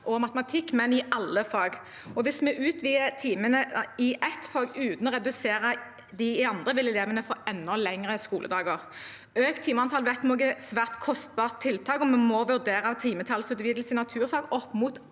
og matematikk, men i alle fag. Hvis vi utvider timeantallet i ett fag uten å redusere det i andre fag, vil elevene få enda lengre skoledager. Økt timeantall vet vi er et svært kostbart tiltak, og vi må vurdere timetallsutvidelse i naturfag opp mot